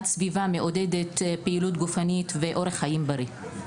סביבה מעודד פעילות גופנית ואורח חיים בריא.